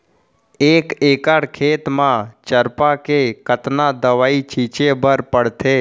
एक एकड़ खेत म चरपा के कतना दवई छिंचे बर पड़थे?